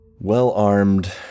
well-armed